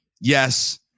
yes